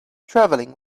traveling